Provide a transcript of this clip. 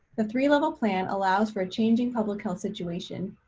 the three level plan allows for a changing public health situation.